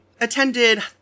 attended